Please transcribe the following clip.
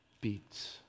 beats